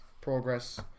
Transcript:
progress